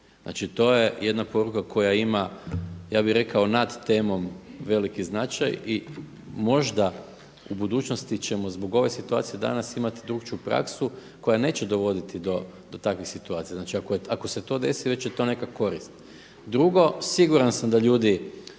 Znači, to je jedna poruka koja ima ja bih rekao nad temom veliki značaj i možda u budućnosti ćemo zbog ove situacije danas imati drukčiju praksu koja neće dovoditi do takvih situacija. Znači, ako se to desi, već je to neka korist. Drugo, siguran sam da ljudi